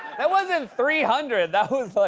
that wasn't three hundred. that